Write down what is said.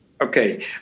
Okay